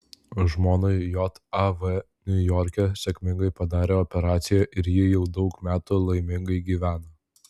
žmonai jav niujorke sėkmingai padarė operaciją ir ji jau daug metų laimingai gyvena